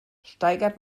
steigert